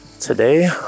today